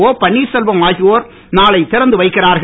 ஓபன்னீர்செல்வம் ஆகியோர் நாளை திறந்துவைக்கிறார்கள்